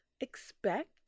expect